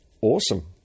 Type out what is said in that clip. Awesome